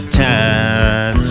time